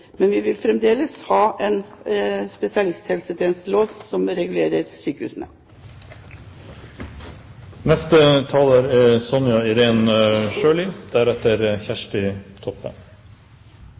Men vi vil fremdeles ha en spesialisthelsetjenestelov som regulerer sykehusene.